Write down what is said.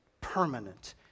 Permanent